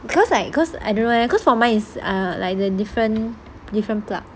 because like cause I don't know eh cause for mine is like the different different plug